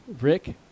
Rick